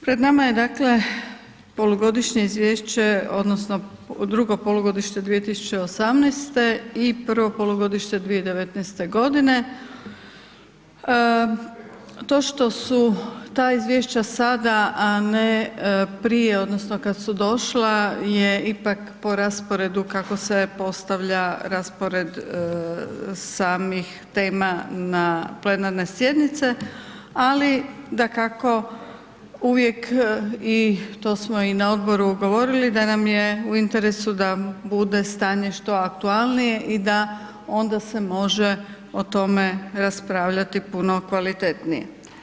Pred nama je dakle polugodišnje izvješće odnosno drugo polugodište 2018.-te i prvo polugodište 2019.-te godine, to što su ta izvješća sada, a ne prije odnosno kad su došla, je ipak po rasporedu kako se postavlja raspored samih tema na plenarne sjednice, ali dakako uvijek, i to smo i na Odboru govorili, da nam je u interesu da bude stanje što aktualnije i da onda se može o tome raspravljati puno kvalitetnije.